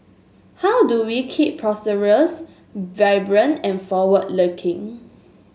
how do we keep prosperous vibrant and forward looking